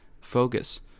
focus